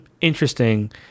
interesting